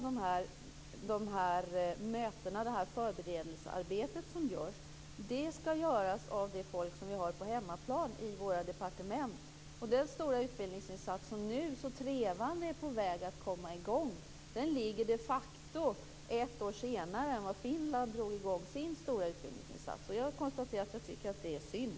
Dessutom skall en stor del av förberedelsearbetet göras av det folk som vi har på hemmaplan i våra departement. Den stora utbildningsinsats som nu trevande är på väg att komma i gång ligger de facto ett år senare än den stora utbildningsinsats som Finland drog i gång. Jag tycker att det är synd.